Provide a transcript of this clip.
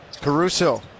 Caruso